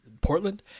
Portland